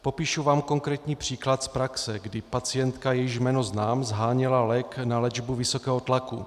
Popíšu vám konkrétní příklad z praxe, kdy pacientka, jejíž jméno znám, sháněla lék na léčbu vysokého tlaku.